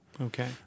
Okay